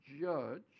judge